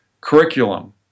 curriculum